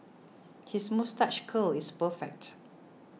his moustache curl is perfect